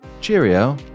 Cheerio